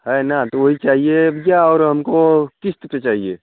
है न तो वही चाहिए भैया और हमको किस्त पर चाहिए